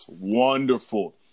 Wonderful